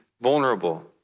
vulnerable